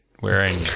wearing